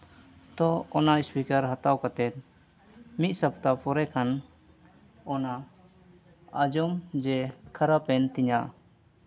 ᱛᱚ ᱚᱱᱟ ᱥᱯᱤᱠᱟᱨ ᱦᱟᱛᱟᱣ ᱠᱟᱛᱮ ᱢᱤᱫ ᱥᱚᱯᱛᱟᱦᱚᱸ ᱯᱚᱨᱮ ᱠᱷᱚᱱ ᱚᱱᱟ ᱟᱸᱡᱚᱢ ᱡᱮ ᱠᱷᱟᱨᱟᱯᱮᱱ ᱛᱤᱧᱟᱹ